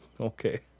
Okay